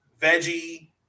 veggie